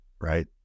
right